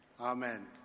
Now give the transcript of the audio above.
Amen